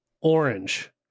Orange